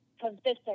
consistent